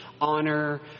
honor